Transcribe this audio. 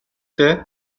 дээ